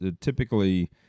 typically